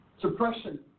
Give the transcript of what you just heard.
suppression